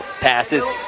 passes